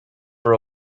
for